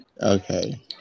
Okay